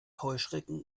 heuschrecken